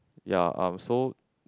ya uh so